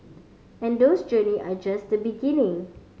and those journey are just beginning